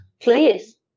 Please